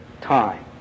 Time